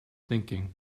thinking